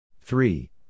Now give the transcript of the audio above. Three